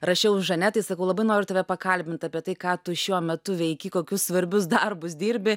rašiau žanetai sakau labai noriu tave pakalbint apie tai ką tu šiuo metu veiki kokius svarbius darbus dirbi